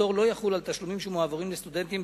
הפטור לא יחול על תשלומים שמועברים לסטודנטים